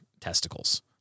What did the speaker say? testicles